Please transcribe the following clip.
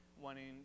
wanting